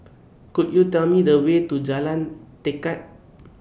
Could YOU Tell Me The Way to Jalan Tekad